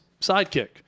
sidekick